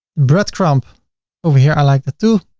bread crumb over here i like the two,